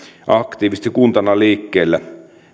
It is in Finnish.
aktiivisesti kuntana liikkeellä